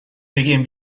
begien